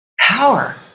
Power